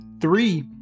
three